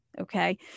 okay